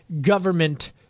Government